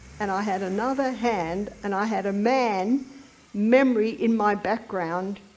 and i had another hand, and i had a man memory in my background,